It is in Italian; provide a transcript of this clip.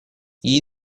gli